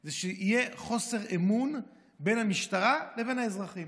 זה שיהיה חוסר אמון בין המשטרה לבין האזרחים.